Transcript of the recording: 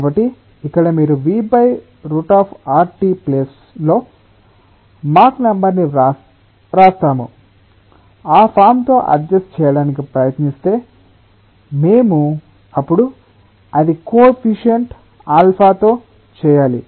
కాబట్టి ఇక్కడ మీరు VRT ప్లేస్ లో మాక్ నెంబర్ ని వ్రాస్తాము ఆ ఫార్మ్ తో అడ్డ్జస్ట్ చేయడానికి ప్రయత్నిస్తే మేము అప్పుడు అది కోఎఫ్ఫీసియంట్ α తో చేయాలి